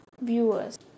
viewers